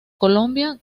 colombia